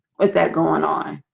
with that going on